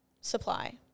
supply